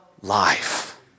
life